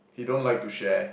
he don't like to share